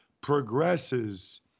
progresses